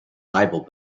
bible